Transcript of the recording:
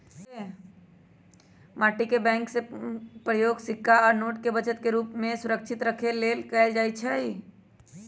धान का कौन सा बीज बोय की पानी कम देना परे?